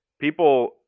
People